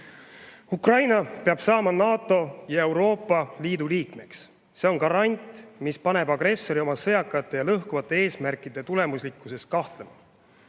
Ukraina peab saama NATO ja Euroopa Liidu liikmeks, see on garant, mis paneb agressori oma sõjakate ja lõhkuvate eesmärkide tulemuslikkuses kahtlema.